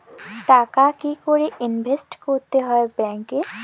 টাকা কি করে ইনভেস্ট করতে হয় ব্যাংক এ?